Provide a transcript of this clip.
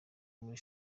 muri